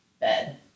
bed